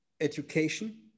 education